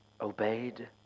obeyed